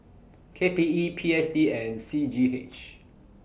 K P E P S D and C G H